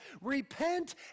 repent